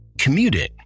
commuting